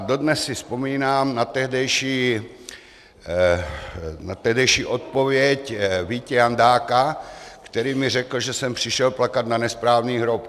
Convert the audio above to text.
Dodnes si vzpomínám na tehdejší odpověď Víti Jandáka, který mi řekl, že jsem přišel plakat na nesprávný hrob.